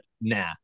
nah